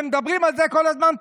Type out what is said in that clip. והם מדברים על זה כל הזמן,